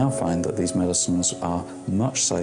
מכור או מכורה,